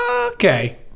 okay